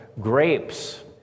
grapes